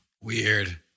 Weird